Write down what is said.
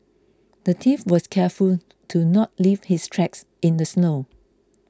the thief was careful to not leave his tracks in the snow